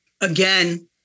again